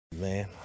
Man